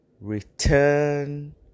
return